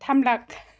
थाम लाख